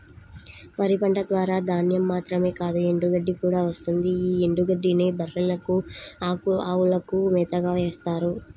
వరి పంట ద్వారా ధాన్యం మాత్రమే కాదు ఎండుగడ్డి కూడా వస్తుంది యీ ఎండుగడ్డినే బర్రెలకు, అవులకు మేతగా వేత్తారు